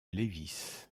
lévis